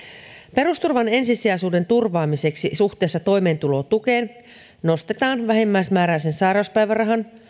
perusturvan ensisijaisuuden turvaamiseksi suhteessa toimeentulotukeen nostetaan vähimmäismääräisen sairauspäivärahan